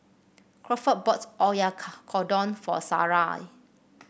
Crawford bought Oyakodon for Sarai